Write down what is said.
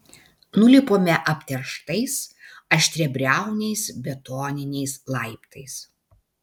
nulipome apterštais aštriabriauniais betoniniais laiptais